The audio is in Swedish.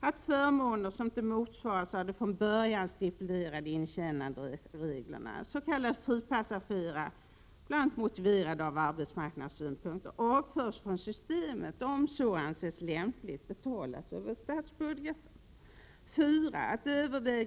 Att förmåner som inte motsvaras av de från början stipulerade intjänandereglerna — det gäller s.k. fripassagerare, där motiven ibland är arbetsmarknadssynpunkter — avförs från systemet och om så anses lämpligt betalas över statsbudgeten. 4.